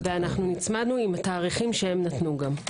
והצמדנו עם התאריכים שהם נתנו גם.